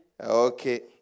Okay